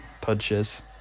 Punches